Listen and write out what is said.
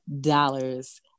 dollars